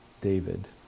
David